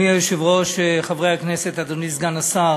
אדוני היושב-ראש, חברי הכנסת, אדוני סגן השר,